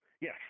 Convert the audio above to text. Yes